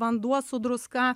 vanduo su druska